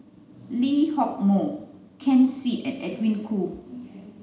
Lee Hock Moh Ken Seet and Edwin Koo